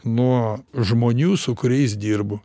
nuo žmonių su kuriais dirbu